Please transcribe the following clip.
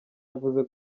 yavuze